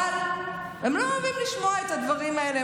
אבל הם לא אוהבים לשמוע את הדברים האלה.